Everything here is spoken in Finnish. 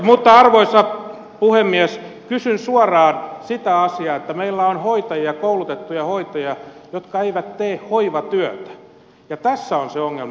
mutta arvoisa puhemies kysyn suoraan sitä asiaa että meillä on hoitajia koulutettuja hoitajia jotka eivät tee hoivatyötä ja tässä on se ongelma